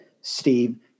Steve